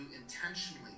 intentionally